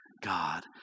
God